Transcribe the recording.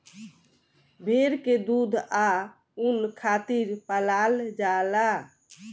भेड़ के दूध आ ऊन खातिर पलाल जाला